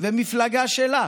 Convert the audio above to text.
ומפלגה שלה